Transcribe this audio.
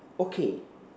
okay